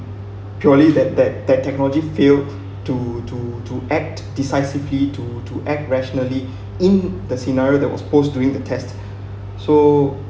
purely that that that technology failed to to to act decisively to to act rationally in the scenario that was posed during the test so